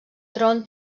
tron